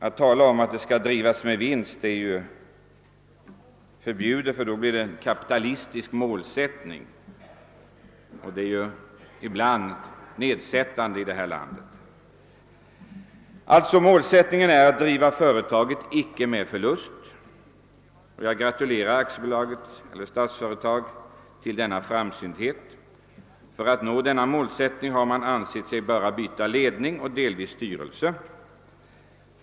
Att tala om att den skulle drivas med vinst är förbjudet, ty då blir det fråga om en kapitalistisk målsättning, och detta anses ju ibland vara ett nedsättande uttryck här i landet. Målet är alltså att driva företaget utan förlust. Jag gratulerar Statsföretag AB till denna framsynthet. För att nå detta mål har man ansett sig böra byta ledning och delvis styrelse.